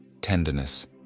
tenderness